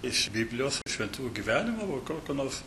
iš biblijos šventųjų gyvenimų kokio nors